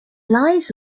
lies